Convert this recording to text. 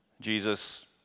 Jesus